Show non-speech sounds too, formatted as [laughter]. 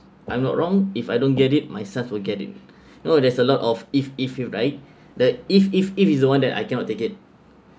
I'm not wrong if I don't get it my sons will get it [breath] you know there's a lot of if if you died the if if if is the one that I cannot take it